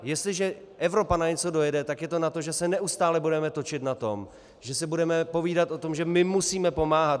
Jestliže Evropa na něco dojede, tak je to na to, že se neustále budeme točit na tom, že si budeme povídat o tom, že my musíme pomáhat.